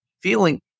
feeling